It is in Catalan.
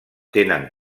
tenen